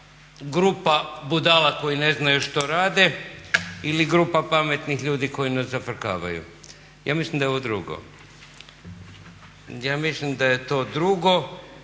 grupa budala koji ne znaju što rade ili grupa pametnih ljudi koji nas zafrkavaju. Ja mislim da je ovo drugo. Ja mislim da je to drugo.